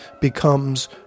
becomes